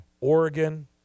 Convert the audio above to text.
Oregon